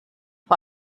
vor